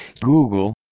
Google